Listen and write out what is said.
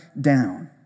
down